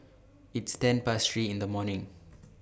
its ten Past three in The morning